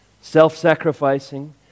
self-sacrificing